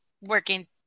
working